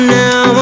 now